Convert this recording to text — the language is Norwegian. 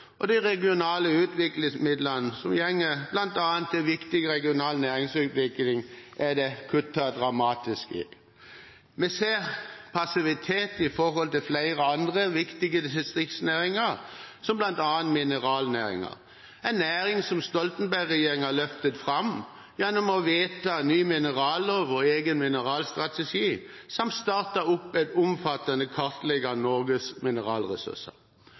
og de regionale utviklingsmidlene som går bl.a. til viktig regional næringsutvikling, er det kuttet dramatisk i. Vi ser passivitet overfor flere andre viktige distriktsnæringer, som bl.a. mineralnæringen, en næring som Stoltenberg-regjeringen løftet fram gjennom å vedta ny minerallov og egen mineralstrategi, samt gjennom å starte opp en omfattende kartlegging av Norges mineralressurser.